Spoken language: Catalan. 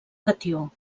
catió